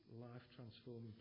life-transforming